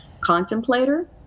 contemplator